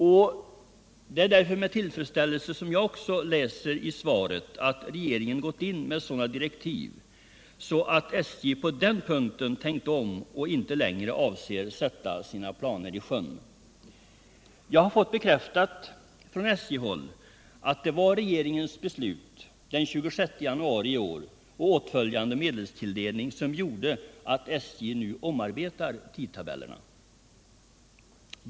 Det är därför som också jag med tillfredsställelse läser i svaret att regeringen gått in med sådana direktiv att SJ på den punkten tänkt om och inte längre avser att sätta sina planer i verket. Jag har fått bekräftat från SJ-håll att det var regeringens beslut den 26 januari i år och åtföljande medelstilldelning som gjorde att SJ nu omarbetar tidtabellerna.